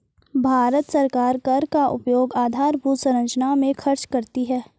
भारत सरकार कर का उपयोग आधारभूत संरचना में खर्च करती है